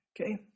Okay